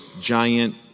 giant